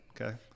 Okay